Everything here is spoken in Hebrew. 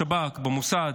בשב"כ, במוסד,